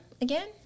again